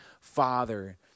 father